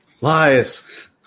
Lies